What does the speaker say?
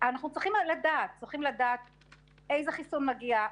אנחנו צריכים לדעת איזה חיסון מגיע,